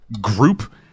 group